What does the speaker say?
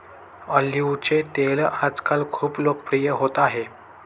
ऑलिव्हचे तेल आजकाल खूप लोकप्रिय होत आहे